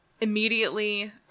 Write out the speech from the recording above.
Immediately